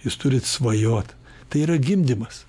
jūs turit svajot tai yra gimdymas